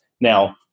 Now